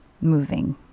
moving